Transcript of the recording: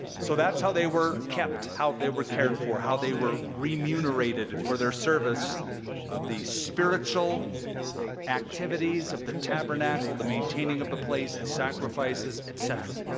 so that's how they were kept, how they were cared for, how they were remunerated for their service of the spiritual activities of the tabernacle, the maintaining of the place, the sacrifices, etcetera.